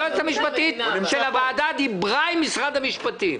היועצת המשפטית של הוועדה דיברה עם משרד המשפטים.